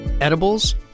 edibles